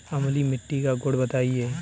अम्लीय मिट्टी का गुण बताइये